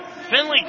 Finley